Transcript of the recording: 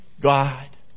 God